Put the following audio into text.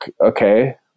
okay